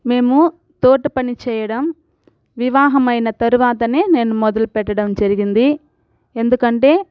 మేము తోట పని చేయడం వివాహమైన తరువాత నేను మొదలు పెట్టడం జరిగింది ఎందుకంటే